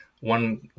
one